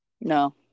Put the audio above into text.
No